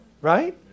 Right